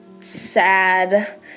sad